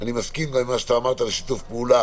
אני מסכים גם עם מה שאתה אמרת לגבי שיתוף פעולה